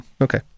Okay